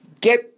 get